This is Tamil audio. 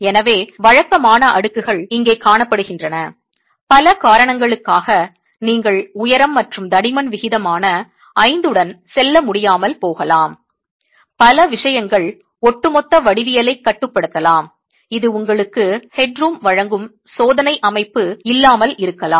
எனவே வழக்கமான அடுக்குகள் இங்கே காணப்படுகின்றன பல காரணங்களுக்காக நீங்கள் உயரம் மற்றும் தடிமன் விகிதமான 5 உடன் செல்ல முடியாமல் போகலாம் பல விஷயங்கள் ஒட்டுமொத்த வடிவியலைக் கட்டுப்படுத்தலாம் இது உங்களுக்கு ஹெட்ரூமை வழங்கும் சோதனை அமைப்பு இல்லாமல் இருக்கலாம்